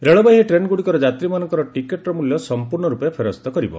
ରେଳବାଇ ଏହି ଟ୍ରେନ୍ଗୁଡ଼ିକର ଯାତ୍ରୀମାନଙ୍କର ଟିକେଟ୍ର ମୂଲ୍ୟ ସମ୍ପର୍ଣ୍ଣରପେ ପେରସ୍ତ କରିବ